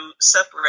separate